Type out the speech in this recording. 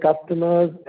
customers